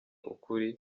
ukuri